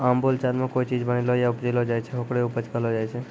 आम बोलचाल मॅ कोय चीज बनैलो या उपजैलो जाय छै, होकरे उपज कहलो जाय छै